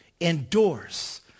endorse